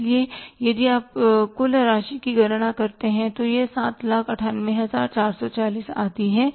इसलिए यदि आप कुल राशि की गणना करते हैंयह 798440 आती है